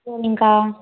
சரிங்க்கா